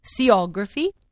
seography